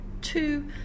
two